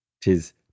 Tis